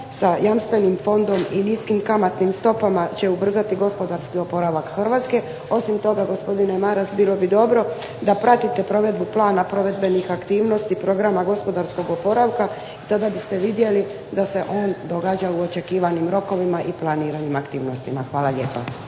sa jamstvenim fondom i niskim kamatnim stopama će ubrzati gospodarski oporavak Hrvatske. Osim toga, gospodine Maras, bilo bi dobro da pratite provedbu Plana provedbenih aktivnosti Programa gospodarskog oporavka tada biste vidjeli da se on događa u očekivanim rokovima i planiranim aktivnostima. Hvala lijepa.